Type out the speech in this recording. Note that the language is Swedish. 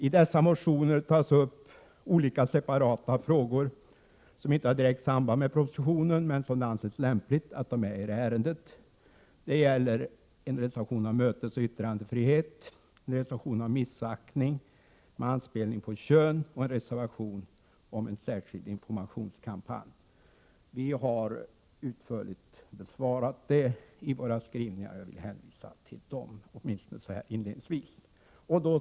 I motionerna tas upp flera separata frågor som inte har direkt samband med propositionen, men som ändå anses lämpliga att behandla i detta ärende. En reservation gäller mötesoch yttrandefrihet, en gäller missaktning med anspelning på kön och en gäller en särskild informationskampanj. Vi har utförligt besvarat dessa motioner i våra skrivningar, och jag vill hänvisa till dem — åtminstone så här inledningsvis.